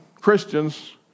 Christians